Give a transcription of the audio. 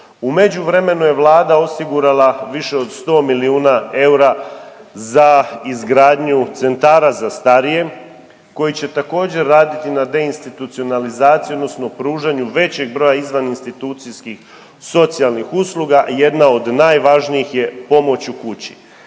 U međuvremenu je Vlada osigurala više od 100 milijuna eura za izgradnju centara za starije koji će također raditi na deinstitucionalizaciji odnosno pružanju većeg broja izvan institucijskih socijalnih usluga. Jedna od najvažnijih je pomoć u kući.